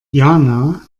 jana